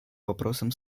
вопросам